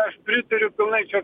aš pritariu pilnai čia